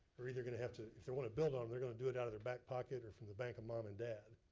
are either gonna have to, if they wanna build on em, they're gonna do it out of their back pocket or from the bank of mom and dad.